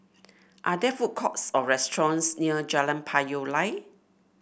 are there food courts or restaurants near Jalan Payoh Lai